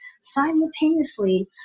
simultaneously